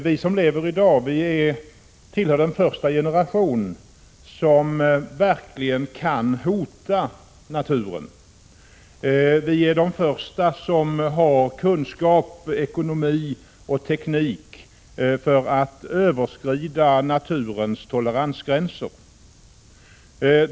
Vi som lever i dag tillhör den första generation som verkligen kan hota naturen. Vi är de första som har kunskap, ekonomi och teknik för att överskrida naturens toleransgränser.